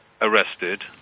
arrested